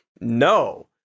no